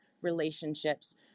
relationships